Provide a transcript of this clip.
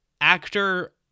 actor